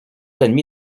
admis